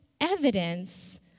evidence